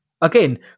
Again